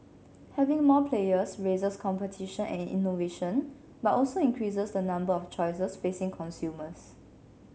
having more players raises competition and innovation but also increases the number of choices facing consumers